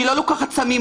אני לא לוקחת סמים,